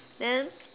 then